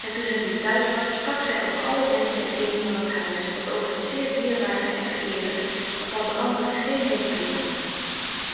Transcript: en toen zij weer thuis was sprak zij over alle menschen en dingen van dat huis als over het zeer dierbare en vereerde waarvan de anderen geen denkbeeld hadden